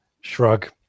shrug